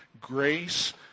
Grace